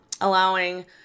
allowing